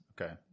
Okay